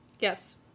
Yes